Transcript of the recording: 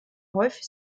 häufig